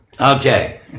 Okay